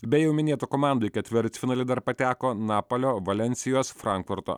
be jau minėtų komandų į ketvirtfinalį dar pateko napalio valensijos frankfurto